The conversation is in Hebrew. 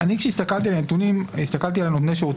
כשהסתכלתי על הנתונים הסתכלתי על נותני השירות